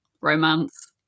romance